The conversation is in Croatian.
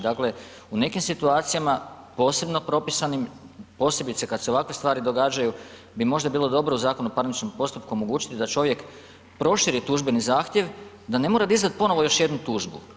Dakle u nekim situacijama, posebno propisanim, posebice kada se ovakve stvari događaju, bi možda bilo dobro u Zakonu u parničkom postupku omogućiti da čovjek proširi tužbeni zahtjev, da ne mora dizati ponovno još jednu tužbu.